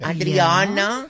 Adriana